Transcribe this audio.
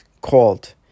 called